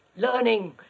Learning